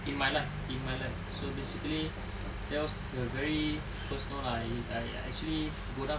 in my life in my life so basically that was the very personal lah I I actually go down